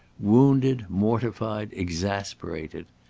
wounded, mortified, exasperated.